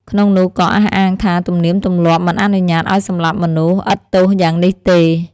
ក្នុងនោះក៏អះអាងថាទំនៀមទម្លាប់មិនអនុញ្ញាត្តិឱ្យសម្លាប់មនុស្សឥតទោសយ៉ាងនេះទេ។